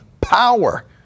power